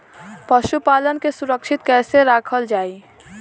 पशुपालन के सुरक्षित कैसे रखल जाई?